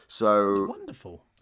Wonderful